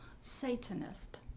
satanist